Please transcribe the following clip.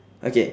okay